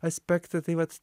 aspektą tai vat